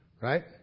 Right